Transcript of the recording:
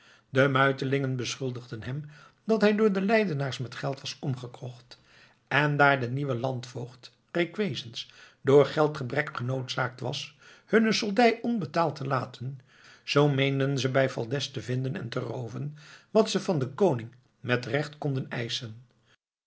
de muitelingen beschuldigden hem dat hij door de leidenaars met geld was omgekocht en daar de nieuwe landvoogd requesens door geldgebrek genoodzaakt was hunne soldij onbetaald te laten zoo meenden ze bij valdez te vinden en te rooven wat ze van den koning met recht konden eischen